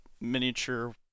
miniature